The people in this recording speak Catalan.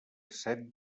set